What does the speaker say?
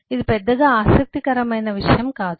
ఇది పెద్దగా ఆసక్తికరమైన విషయం కాదు